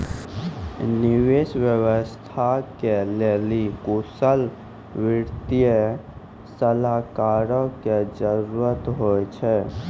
निवेश व्यवस्था के लेली कुशल वित्तीय सलाहकारो के जरुरत होय छै